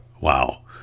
Wow